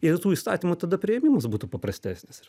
ir tų įstatymų tada priėmimas būtų paprastesnis